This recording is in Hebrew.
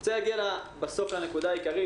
אני רוצה להגיע לנקודה העיקרית,